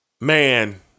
Man